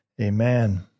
Amen